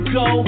go